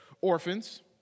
orphans